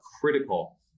critical